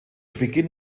beginn